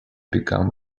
become